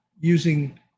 using